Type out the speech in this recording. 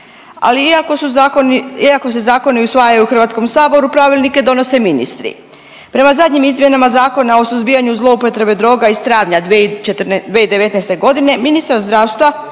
Ali iako se zakoni usvajaju u HS-u, pravilnike donose ministri. Prema zadnjem izmjenama Zakona o suzbijanju zloupotrebe droga iz travnja 2019. g., ministar zdravstva